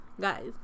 guys